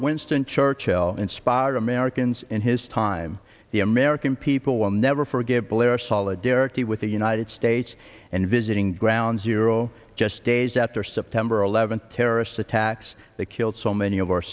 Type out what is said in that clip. winston churchill inspire americans in his time the american people will never forgive blair solidarity with the united states and visiting ground zero just days after september eleventh terrorist attacks that killed so many of our